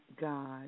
God